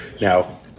Now